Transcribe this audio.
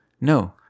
No